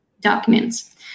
documents